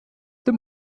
dem